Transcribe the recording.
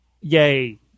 Yay